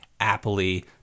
appley